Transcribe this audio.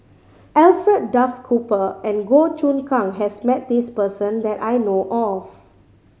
Alfred Duff Cooper and Goh Choon Kang has met this person that I know of